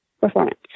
performance